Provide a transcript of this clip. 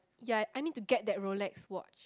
ya I need to get that Rolex watch